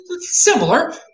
similar